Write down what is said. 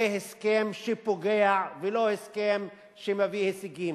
זה הסכם שפוגע ולא הסכם שמביא הישגים.